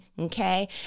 Okay